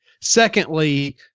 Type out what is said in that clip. secondly